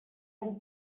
and